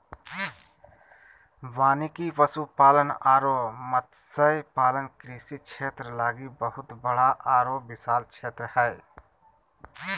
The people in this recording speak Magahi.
वानिकी, पशुपालन अरो मत्स्य पालन कृषि क्षेत्र लागी बहुत बड़ा आरो विशाल क्षेत्र हइ